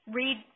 read